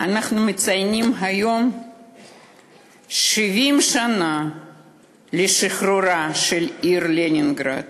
אנחנו מציינים היום 70 שנה לשחרורה של העיר לנינגרד